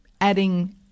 adding